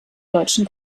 deutschen